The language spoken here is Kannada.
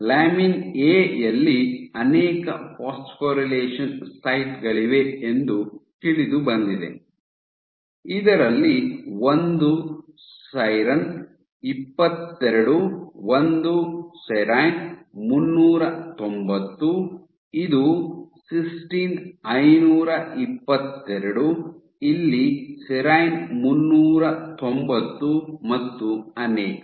ಲ್ಯಾಮಿನ್ ಎ ಯಲ್ಲಿ ಅನೇಕ ಫಾಸ್ಫೊರಿಲೇಷನ್ ಸೈಟ್ ಗಳಿವೆ ಎಂದು ತಿಳಿದುಬಂದಿದೆ ಇದರಲ್ಲಿ ಒಂದು ಸೆರೈನ್ ಇಪ್ಪತ್ತೆರಡು ಒಂದು ಸೆರೈನ್ ಮುನ್ನೂರು ತೊಂಬತ್ತು ಇದು ಸಿಸ್ಟೀನ್ ಐನೂರು ಇಪ್ಪತ್ತೆರಡು ಇಲ್ಲಿ ಸೆರೈನ್ ಮುನ್ನೂರು ತೊಂಬತ್ತು ಮತ್ತು ಅನೇಕ